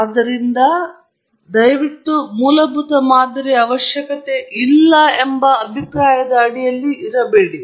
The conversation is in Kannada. ಆದ್ದರಿಂದ ದಯವಿಟ್ಟು ಮೂಲಭೂತ ಮಾದರಿಯ ಅವಶ್ಯಕತೆಯಿಲ್ಲ ಎಂಬ ಅಭಿಪ್ರಾಯದ ಅಡಿಯಲ್ಲಿ ಇರಬೇಡ